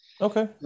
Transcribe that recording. Okay